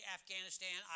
Afghanistan